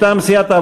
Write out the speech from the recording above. לפועל (תיקון מס' 40)